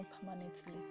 permanently